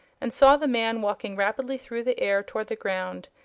and saw the man walking rapidly through the air toward the ground.